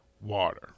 water